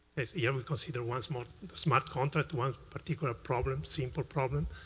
as yeah we consider one smart smart contract, one particular ah problem, simple problem.